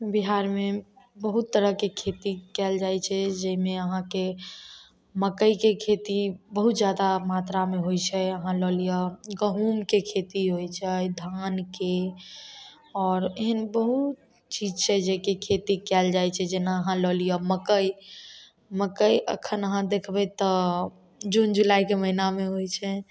बिहारमे बहुत तरहके खेती कएल जाइ छै जाहिमे अहाँके मकइके खेती बहुत जादा मात्रामे होइ छै अहाँ लऽ लिअऽ गहूमके खेती होइ छै धानके आओर एहन बहुत चीज छै जाहिके खेती कएल जाइ छै जेना अहाँ लऽ लिअऽ मकइ मकइ एखन अहाँ देखबै तऽ जून जुलाइके महिनामे होइ छै